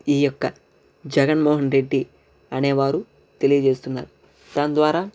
ఈ యొక్క జగన్మోహన్ రెడ్డి అనేవారు తెలియజేస్తున్నారు దాని ద్వారా